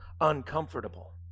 uncomfortable